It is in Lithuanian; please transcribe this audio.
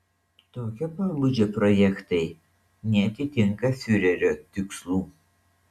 tokio pobūdžio projektai neatitinka fiurerio tikslų